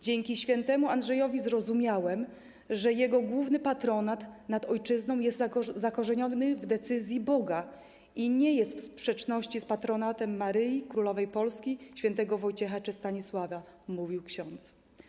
Dzięki św. Andrzejowi zrozumiałem, że jego główny patronat nad ojczyzną jest zakorzeniony w decyzji Boga i nie jest w sprzeczności z patronatem Maryi Królowej Polski, św. Wojciecha czy św. Stanisława - mówił ksiądz.